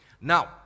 Now